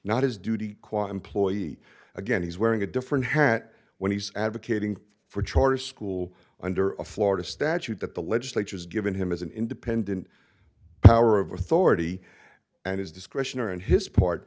not his duty quote employee again he's wearing a different hat when he's advocating for a charter school under a florida statute that the legislature has given him as an independent power of authority and his discretion or and his part